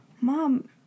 Mom